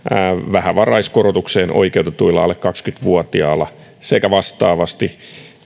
vähävaraiskorotukseen oikeutetulla alle kaksikymmentä vuotiaalla sekä vastaavasti